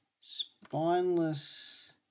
spineless